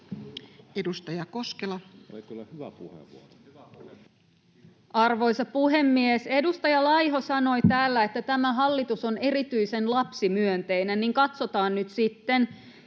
Edustaja Koskela. Arvoisa puhemies! Edustaja Laiho sanoi täällä, että tämä hallitus on erityisen lapsimyönteinen, niin katsotaan nyt sitten.